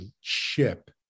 ship